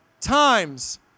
times